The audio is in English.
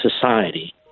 society